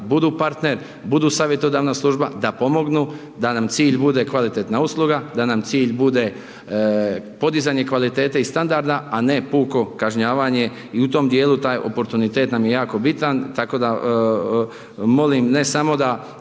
budu partner, budu savjetodavna služba, da da pomognu, da nam cilj bude kvalitetna usluga, da nam cilj bude podizanje kvalitete i standarda a ne puko kažnjavanje. I u tom dijelu taj oportunitet nam je jako bitan. Tako da molim ne samo da